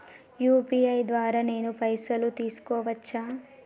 UPI ద్వారా నేను పైసలు తీసుకోవచ్చా?